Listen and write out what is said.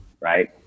right